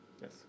yes